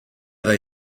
they